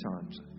times